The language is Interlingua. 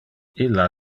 illa